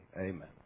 Amen